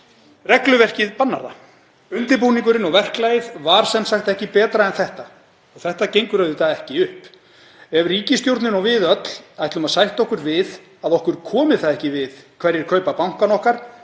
Regluverkið bannar það. Undirbúningurinn og verklagið var sem sagt ekki betra en þetta. Þetta gengur auðvitað ekki upp. Ef ríkisstjórnin og við öll ætlum að sætta okkur við að okkur komi það ekki við hverjir kaupa bankann okkar